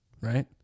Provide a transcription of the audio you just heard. right